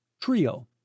trio